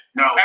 no